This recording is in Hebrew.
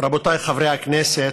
רבותיי חברי הכנסת,